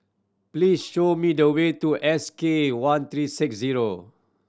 please show me the way to S K one three six zero